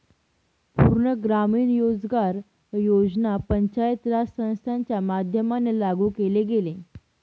पूर्ण ग्रामीण रोजगार योजना पंचायत राज संस्थांच्या माध्यमाने लागू केले गेले